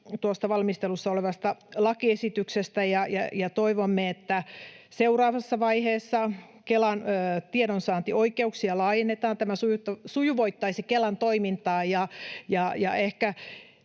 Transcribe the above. tuosta valmistelussa olevasta lakiesityksestä, ja toivomme, että seuraavassa vaiheessa Kelan tiedonsaantioikeuksia laajennetaan. Tämä sujuvoittaisi Kelan toimintaa